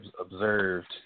observed